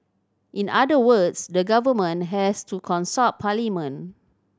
in other words the government has to consult parliament